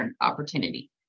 opportunity